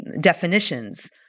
definitions